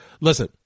listen